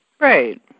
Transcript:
Right